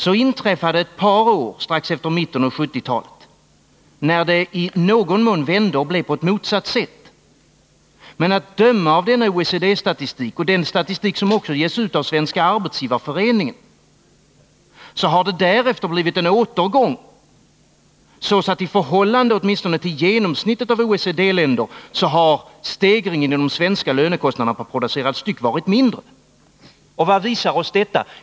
Så inträffade ett par år strax efter mitten av 1970-talet där det i någon mån vände och blev på motsatt sätt. Men att döma av denna OECD-statistik och den statistik som också ges ut av Svenska arbetsgivareföreningen har det därefter Besparingar i blivit en återgång så att stegringen av de svenska lönekostnaderna per statsverksamheten, producerad enhet i förhållande åtminstone till genomsnittet av OECD m.m. länder varit mindre. Vad visar oss detta?